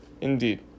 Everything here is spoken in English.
Indeed